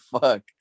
fuck